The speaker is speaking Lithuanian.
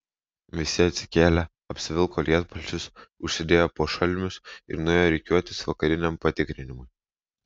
visi atsikėlė apsivilko lietpalčius užsidėjo pošalmius ir nuėjo rikiuotis vakariniam patikrinimui